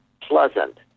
pleasant